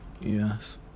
Yes